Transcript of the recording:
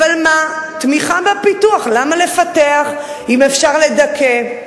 אבל מה, תמיכה בפיתוח, למה לפתח אם אפשר לדכא?